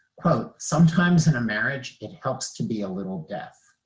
quote, sometimes in a marriage it helps to be a little deaf.